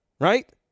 right